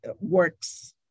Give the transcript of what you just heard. works